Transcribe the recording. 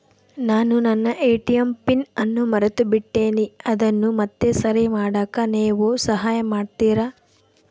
ನಾನು ನನ್ನ ATM pin ಅನ್ನು ಮರೆತುಬಿಟ್ಟೇನಿ ಅದನ್ನು ಮತ್ತೆ ಸರಿ ಮಾಡಾಕ ನೇವು ಸಹಾಯ ಮಾಡ್ತಿರಾ?